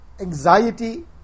anxiety